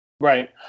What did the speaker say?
Right